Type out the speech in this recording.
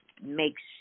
makes